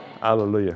Hallelujah